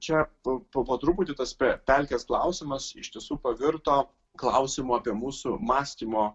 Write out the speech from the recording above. čia po po truputį tas per pelkes klausimas ištisu pavirto klausimu apie mūsų mąstymo